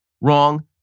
wrong